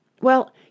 Well